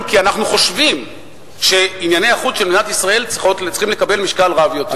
אנחנו חושבים שענייני החוץ של מדינת ישראל צריכים לקבל משקל רב יותר.